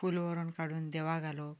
फुलां व्हरून काडून देवाक घालप